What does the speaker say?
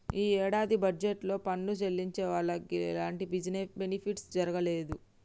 యీ యేడాది బడ్జెట్ లో పన్ను చెల్లించే వాళ్లకి ఎలాంటి బెనిఫిట్ జరగనేదు